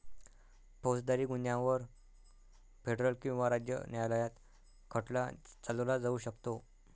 फौजदारी गुन्ह्यांवर फेडरल किंवा राज्य न्यायालयात खटला चालवला जाऊ शकतो